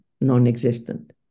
non-existent